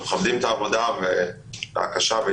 אנחנו מכבדים את העבודה הקשה ואת